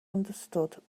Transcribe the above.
understood